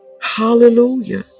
hallelujah